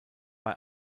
bei